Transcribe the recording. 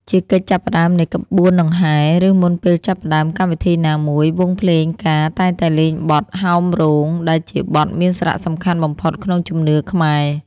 ជាកិច្ចចាប់ផ្ដើមនៃក្បួនដង្ហែ ឬមុនពេលចាប់ផ្តើមកម្មវិធីណាមួយ វង់ភ្លេងការតែងតែលេងបទ ហោមរោង ដែលជាបទមានសារៈសំខាន់បំផុតក្នុងជំនឿខ្មែរ។